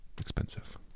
expensive